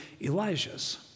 Elijah's